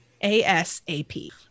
a-s-a-p